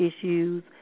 issues